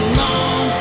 long